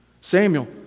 Samuel